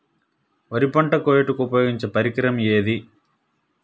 వరి పంట కోయుటకు ఉపయోగించే పరికరం ఏది?